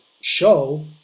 show